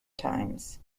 times